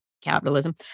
capitalism